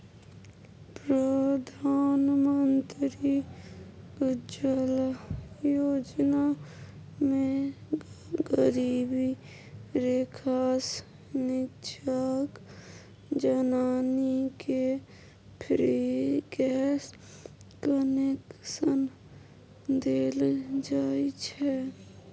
प्रधानमंत्री उज्जवला योजना मे गरीबी रेखासँ नीच्चाक जनानीकेँ फ्री गैस कनेक्शन देल जाइ छै